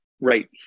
right